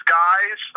guys